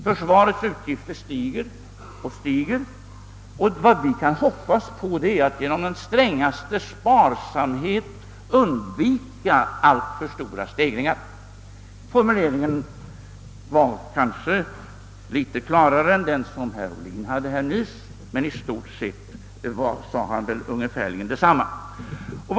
Försvarets utgifter sti ger och stiger, och vad vi kan hoppas på är att genom den strängaste sparsamhet undvika alltför stora stegringar. Formuleringen var kanske litet klarare än den som herr Ohlin nyss använde, men i stort sett sade han detsamma.